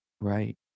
right